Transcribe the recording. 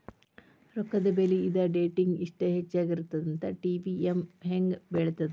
ರೊಕ್ಕದ ಬೆಲಿ ಇದ ಡೇಟಿಂಗಿ ಇಷ್ಟ ಹೆಚ್ಚಾಗಿರತ್ತಂತ ಟಿ.ವಿ.ಎಂ ಹೆಂಗ ಹೇಳ್ತದ